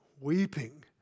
weeping